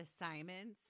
assignments